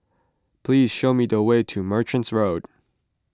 please show me the way to Merchant Road